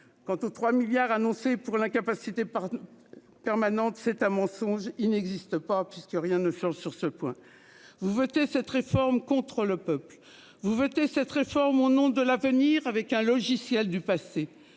Quant aux 3 milliards annoncés pour l'incapacité. Permanente, c'est un mensonge. Il n'existe pas puisque rien ne change sur ce point vous voter cette réforme contre le peuple vous voter cette réforme au nom de l'avenir avec un logiciel du passé.